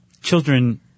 Children